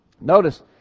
Notice